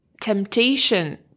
temptation